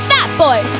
Fatboy